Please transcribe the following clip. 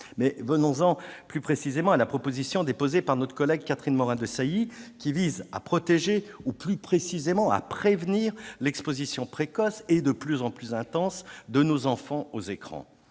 Mais venons-en plus précisément à la proposition de loi, déposée par notre collègue Catherine Morin-Desailly, qui vise à protéger, ou plus précisément à prévenir l'exposition précoce, et de plus en plus intense, de nos enfants aux écrans.